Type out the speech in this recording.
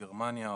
גרמניה,